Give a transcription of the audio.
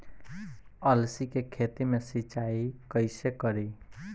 अलसी के खेती मे सिचाई कइसे करी?